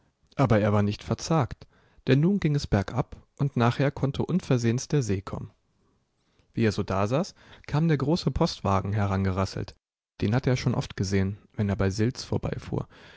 aber er war nicht verzagt denn nun ging es bergab und nachher konnte unversehens der see kommen wie er so dasaß kam der große postwagen herangerasselt den hatte er schon oft gesehen wenn er bei sils vorbeifuhr